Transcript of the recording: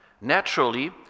Naturally